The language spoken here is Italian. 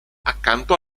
accanto